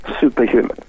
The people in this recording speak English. superhuman